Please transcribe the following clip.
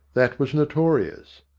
that was notorious.